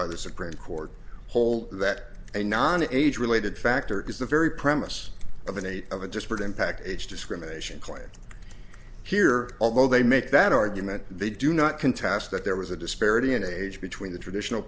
by the supreme court hold that a non age related factor is the very premise of an eighth of a disparate impact age discrimination claim here although they make that argument they do not contrast that there was a disparity in age between the traditional